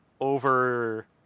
over